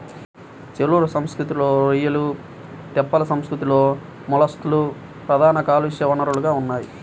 చెరువుల సంస్కృతిలో రొయ్యలు, తెప్పల సంస్కృతిలో మొలస్క్లు ప్రధాన కాలుష్య వనరులుగా ఉన్నాయి